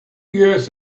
years